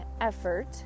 effort